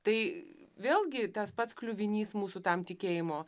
tai vėlgi tas pats kliuvinys mūsų tam tikėjimo